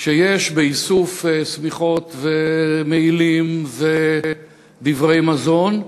שיש באיסוף שמיכות ומעילים ודברי מזון.